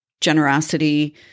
generosity